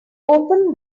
opened